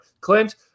Clint